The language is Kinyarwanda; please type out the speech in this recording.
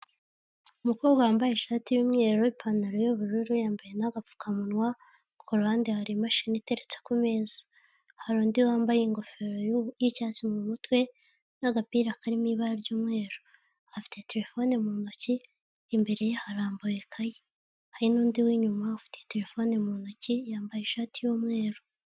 Umukobwa wambaye ishati y'umweru, ipantaro y'ubururu, yambaye n'agapfukamunwa, ku ruhande hari imashini iteretse ku meza, hari undi wambaye ingofero y'icyatsi mu mutwe n'agapira karimo ibara ry'umweru, afite telefone mu ntoki, imbere ye harambuye ikayi, hari n'undi w'inyuma ufite telefone mu ntoki yambaye ishati y'umweru.